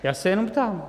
Já se jenom ptám.